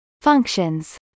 functions